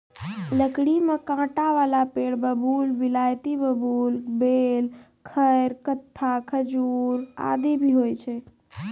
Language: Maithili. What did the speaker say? लकड़ी में कांटा वाला पेड़ बबूल, बिलायती बबूल, बेल, खैर, कत्था, खजूर आदि भी होय छै